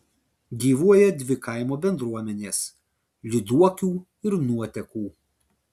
gyvuoja dvi kaimo bendruomenės lyduokių ir nuotekų